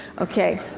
ok.